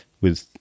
with-